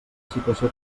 situació